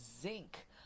zinc